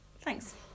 thanks